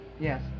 Yes